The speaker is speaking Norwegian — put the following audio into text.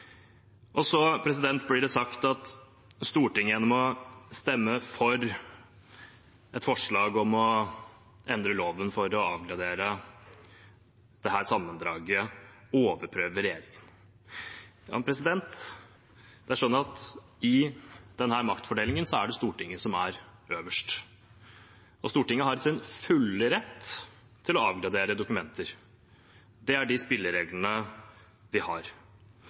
Så blir det sagt at Stortinget gjennom å stemme for et forslag om å endre loven for å avgradere dette sammendraget overprøver regjeringen. Det er sånn at i denne maktfordelingen er det Stortinget som er øverst. Stortinget er i sin fulle rett til å avgradere dokumenter. Det er de spillereglene vi har.